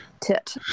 tit